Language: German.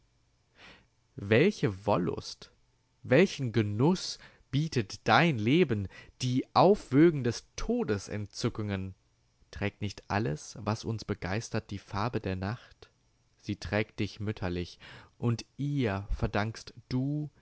welche wollust welchen genuß bietet dein leben die aufwögen des todes entzückungen trägt nicht alles was uns begeistert die farbe der nacht sie trägt dich mütterlich und ihr verdankst du